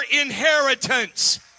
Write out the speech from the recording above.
inheritance